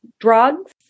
drugs